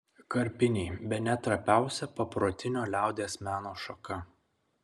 karpiniai bene trapiausia paprotinio liaudies meno šaka